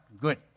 Good